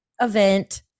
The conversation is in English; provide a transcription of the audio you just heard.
event